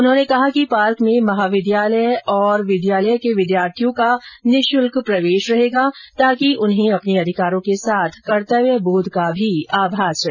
उन्होंने कहा कि पार्क में महाविद्यालय और स्कूल के विद्यार्थियों का निशुल्क प्रवेश रहेगा ताकि उन्हें अपने अधिकारों के साथ कर्तव्य बोध का भी आभास रहे